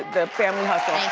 the family hustle.